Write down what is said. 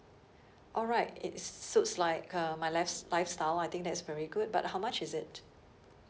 alright it s~ suits like uh my life life lifestyle I think that's very good but how much is it